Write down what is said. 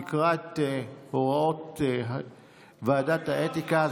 תקרא את הוראות ועדת האתיקה,